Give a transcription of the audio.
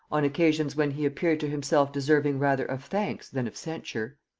on occasions when he appeared to himself deserving rather of thanks than of censure.